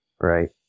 right